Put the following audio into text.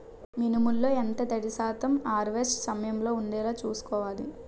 మినుములు లో ఎంత తడి శాతం హార్వెస్ట్ సమయంలో వుండేలా చుస్కోవాలి?